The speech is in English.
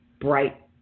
bright